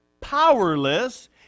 powerless